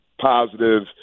positive